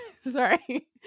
Sorry